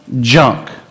junk